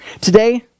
today